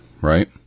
right